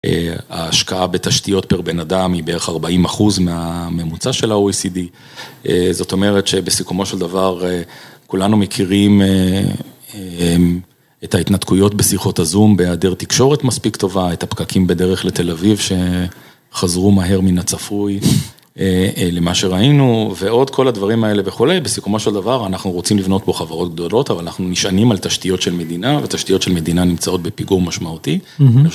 ההשקעה בתשתיות פר בן אדם היא בערך 40 אחוז מהממוצע של ה-OECD, זאת אומרת שבסיכומו של דבר, כולנו מכירים את ההתנתקויות בשיחות הזום, בהיעדר תקשורת מספיק טובה, את הפקקים בדרך לתל אביב, שחזרו מהר מן הצפוי למה שראינו ועוד כל הדברים האלה וכולי, בסיכומו של דבר, אנחנו רוצים לבנות פה חברות גדולות, אבל אנחנו נשענים על תשתיות של מדינה ותשתיות של מדינה נמצאות בפיגור משמעותי.